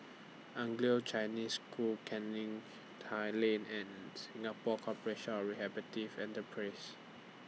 Anglo Chinese School Canning Tai Lane and Singapore Corporation of Rehabilitative Enterprises